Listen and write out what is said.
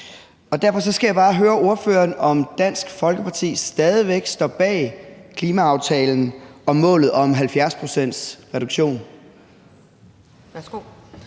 Derfor skal jeg bare høre ordføreren, om Dansk Folkeparti stadig væk står bag klimaaftalen og målet om en 70-procentsreduktion.